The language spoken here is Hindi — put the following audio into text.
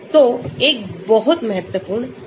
तो एक बहुत महत्वपूर्ण है